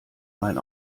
mein